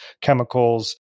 chemicals